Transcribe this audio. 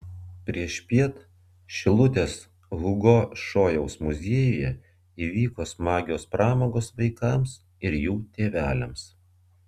priešpiet šilutės hugo šojaus muziejuje įvyko smagios pramogos vaikams ir jų tėveliams